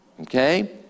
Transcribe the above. okay